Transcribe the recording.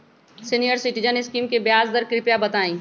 senior citizen scheme के ब्याज दर कृपया बताईं